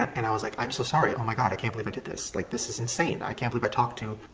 and i was like, i'm so sorry, oh my god, i can't believe i did this, like, this is insane, i can't believe i talked to,